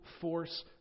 force